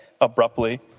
abruptly